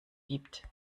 gibt